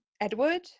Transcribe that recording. Edward